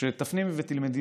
שתפנימי ותלמדי.